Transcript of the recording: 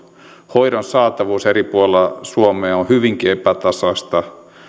hoidon saatavuus eri puolilla suomea on hyvinkin epätasaista